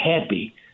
happy